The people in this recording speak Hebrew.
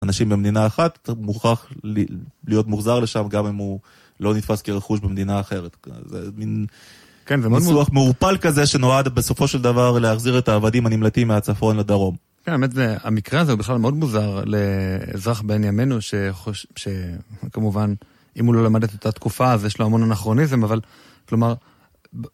אנשים במדינה אחת, אתה מוכרח להיות מורזר לשם גם אם הוא לא נתפס כרחוש במדינה אחרת. זה מין מורפל כזה שנועד בסופו של דבר להחזיר את העבדים הנמלתיים מהצפון לדרום. האמת זה, המקרה הזה הוא בכלל מאוד מוזר לאזרח בעין ימינו, שכמובן אם הוא לא למד את את התקופה הזו יש לו המון אנכרוניזם, אבל כלומר...